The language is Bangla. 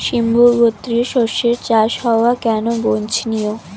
সিম্বু গোত্রীয় শস্যের চাষ হওয়া কেন বাঞ্ছনীয়?